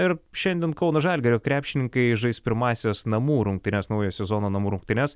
ir šiandien kauno žalgirio krepšininkai žais pirmąsias namų rungtynes naujo sezono namų rungtynes